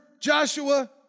Joshua